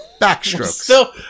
backstrokes